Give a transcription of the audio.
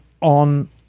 on